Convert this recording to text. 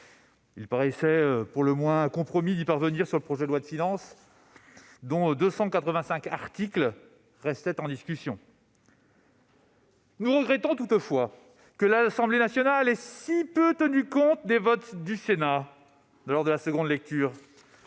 Il paraissait pour le moins compromis d'y parvenir sur le projet de loi de finances, dont 285 articles restaient en discussion. Nous regrettons toutefois que l'Assemblée nationale ait si peu tenu compte des votes du Sénat lors de la nouvelle lecture.